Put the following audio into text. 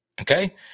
Okay